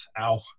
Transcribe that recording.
ow